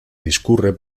discurre